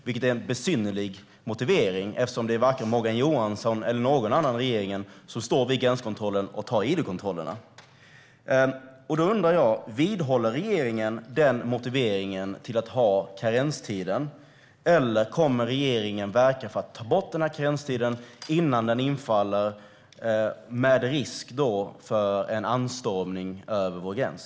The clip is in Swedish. Det är en besynnerlig motivering eftersom det varken är Morgan Johansson eller någon annan från regeringen som står vid gränskontrollen och gör id-kontrollerna. Vidhåller regeringen den motiveringen till att ha karenstiden, eller kommer regeringen att verka för att ta bort den innan den infaller med risk för en anstormning över vår gräns?